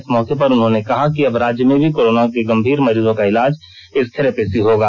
इस मौके पर उन्होंने कहा कि अब राज्य में भी कोरोना के गंभीर मरीजों का इलाज इस थेरेपी से हो सकेगा